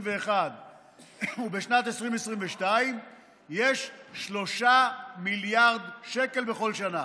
ובשנת 2022 יש 3 מיליארד שקל בכל שנה.